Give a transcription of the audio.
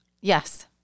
yes